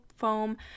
foam